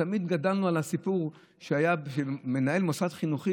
תמיד גדלנו על סיפור שהיה על מנהל מוסד חינוכי